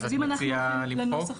אז את מציעה למחוק?